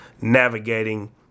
navigating